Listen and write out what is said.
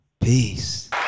peace